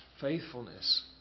faithfulness